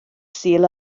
sul